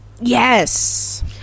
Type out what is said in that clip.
Yes